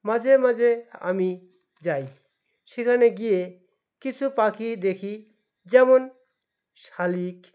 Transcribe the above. মাঝে মাঝে আমি যাই সেখানে গিয়ে কিছু পাখি দেখি যেমন শালিক